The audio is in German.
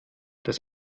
das